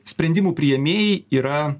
sprendimų priėmėjai yra